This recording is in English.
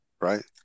right